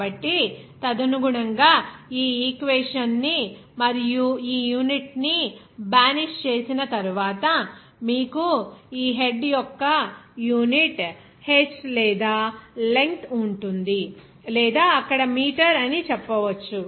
కాబట్టి తదనుగుణంగా ఆ ఈక్వేషన్ ని మరియు యూనిట్ ని బానిష్ చేసిన తరువాత మీకు ఈ హెడ్ యొక్క యూనిట్ h లేదా లెంగ్త్ ఉంటుంది లేదా అక్కడ మీటర్ అని చెప్పవచ్చు